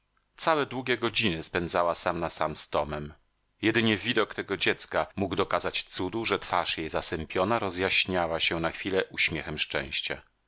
całe długie godziny spędzała sam na sam z tomem jedynie widok tego dziecka mógł dokazać cudu że twarz jej zasępiona rozjaśniała się na chwilę uśmiechem szczęścia